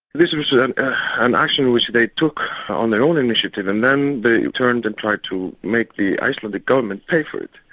this was an action which they took on their own initiative and then they turned and tried to make the icelandic government pay for it.